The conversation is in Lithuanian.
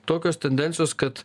tokios tendencijos kad